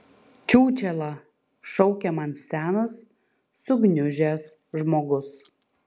čiūčela šaukia man senas sugniužęs žmogus